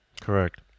Correct